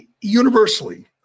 Universally